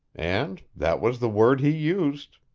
and that was the word he used.